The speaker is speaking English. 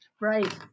Right